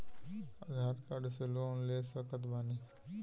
आधार card से loan ले सकत बणी?